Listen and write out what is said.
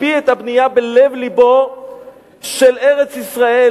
מקפיא את הבנייה בלב לבה של ארץ-ישראל,